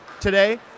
today